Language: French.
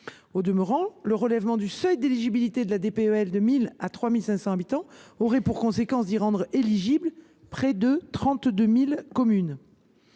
Au demeurant, le relèvement du seuil d’éligibilité de la DPEL de 1 000 à 3 500 habitants aurait pour conséquence d’y rendre éligibles près de 32 000 communes,